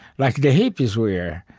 like the hippies were.